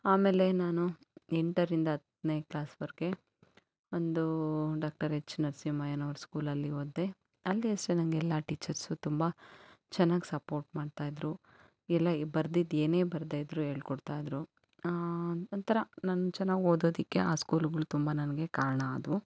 ಆಮೇಲೆ ನಾನು ಎಂಟರಿಂದ ಹತ್ತನೇ ಕ್ಲಾಸ್ವರೆಗೆ ಒಂದು ಡಾಕ್ಟರ್ ಎಚ್ ನರ್ಸಿಂಹಯ್ಯನವ್ರ ಸ್ಕೂಲಲ್ಲಿ ಓದಿದೆ ಅಲ್ಲಿ ಅಷ್ಟೇ ನನ್ಗೆ ಎಲ್ಲ ಟೀಚರ್ಸು ತುಂಬ ಚೆನ್ನಾಗಿ ಸಪೋರ್ಟ್ ಮಾಡ್ತಾ ಇದ್ದರು ಎಲ್ಲ ಈ ಬರದಿದ್ದು ಏನೇ ಬರದೆ ಇದ್ದರು ಹೇಳ್ಕೊಡ್ತಾ ಇದ್ದರು ಒಂಥರ ನನ್ನ ಚೆನ್ನಾಗಿ ಓದೋದಕ್ಕೆ ಆ ಸ್ಕೂಲುಗಳು ತುಂಬ ನನಗೆ ಕಾರಣ ಆದವು